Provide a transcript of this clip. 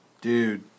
Dude